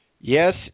Yes